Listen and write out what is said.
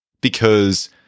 because-